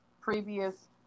previous